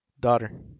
daughter